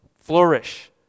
flourish